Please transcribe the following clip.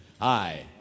Hi